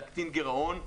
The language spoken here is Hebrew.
להקטין גרעון.